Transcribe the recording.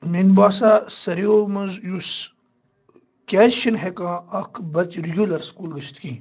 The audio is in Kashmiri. مےٚ نہٕ باسان ساروٕے منٛز یُس کیازِ چھِنہٕ ہیٚکان اکھ بَچہِ رُگیٚلر سکوٗل گٔژھتھ کہیٖنۍ